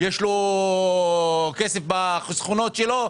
יש לו כסף בחסכונות שלו,